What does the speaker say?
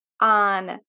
on